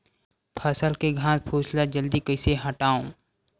फसल के घासफुस ल जल्दी कइसे हटाव?